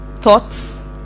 thoughts